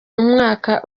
umwaka